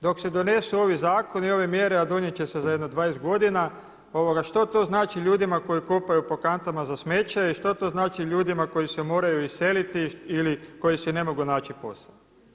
Dok se donesu ovi zakoni i ove mjere, a donijet će se za jedno 20 godina, što to znači ljudima koji kopaju po kantama za smeće i što to znači ljudima koji se moraju iseliti i koji si ne mogu naći posao.